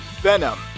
Venom